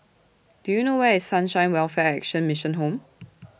Do YOU know Where IS Sunshine Welfare Action Mission Home